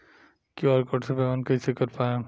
QR code से payment कईसे कर पाएम?